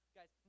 Guys